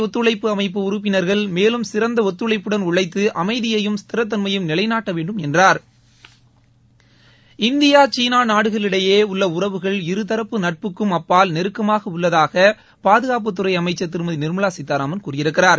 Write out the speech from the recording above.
ஒத்துழைப்பு அமைப்பு உறுப்பினர்கள் மேலும் சிறந்த ஒத்துழைப்புடன் உழைத்து ஷாங்காய் அமைதியையும் ஸ்திரத்தன்மையையும் நிலைநாட்ட வேண்டும் என்றார் இந்தியா சீனா நாடுகளிடையே உள்ள உறவுகள் இருதரப்பு நட்புக்கும் அப்பால் நெருக்கமாக உள்ளதாக பாதுகாப்புத்துறை அமைச்சா ்திருமதி நிர்மலா சீதாராமன் கூறியிருக்கிறார்